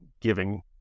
giving